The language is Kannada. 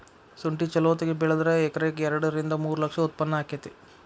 ಸುಂಠಿ ಚಲೋತಗೆ ಬೆಳದ್ರ ಎಕರೆಕ ಎರಡ ರಿಂದ ಮೂರ ಲಕ್ಷ ಉತ್ಪನ್ನ ಅಕೈತಿ